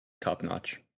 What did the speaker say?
top-notch